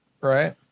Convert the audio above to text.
right